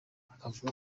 akavuga